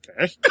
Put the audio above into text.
Okay